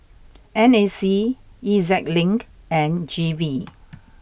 N A C E Z Link and G V